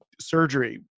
surgery